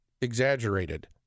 exaggerated